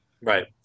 Right